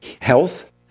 health